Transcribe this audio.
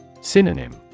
Synonym